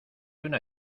una